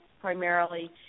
primarily